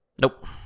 Nope